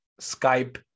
skype